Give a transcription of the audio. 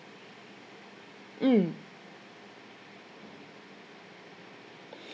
mm